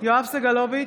יואב סגלוביץ'